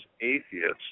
atheists